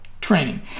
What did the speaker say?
training